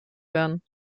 werden